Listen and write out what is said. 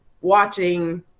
watching